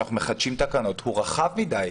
כשאנחנו מחדשים את התקנות הוא רחב מדי.